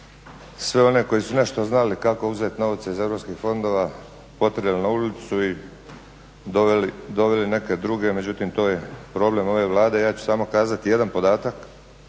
sve one koji su nešto znali kako uzeti novce iz europskih fondova potjerali na ulicu i doveli neke druge, međutim to je problem ove Vlade i ja ću samo kazati jedan podatak.